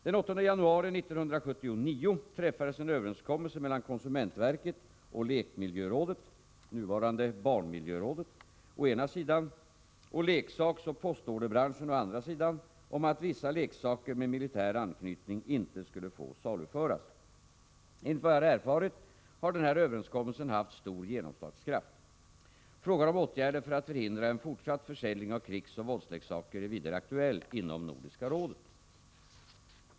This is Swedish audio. Den 8 januari 1979 träffades en överenskommelse mellan konsumentverket och lekmiljörådet — nuvarande barnmiljörådet — å ena sidan och leksaksoch postorderbranschen å andra sidan om att vissa leksaker med militär anknytning inte skulle få saluföras. Enligt vad jag erfarit har den här överenskommelsen haft stor genomslagskraft. Frågan om åtgärder för att förhindra en fortsatt försäljning av krigsoch våldsleksaker är vidare aktuell inom Nordiska rådet.